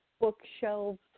bookshelves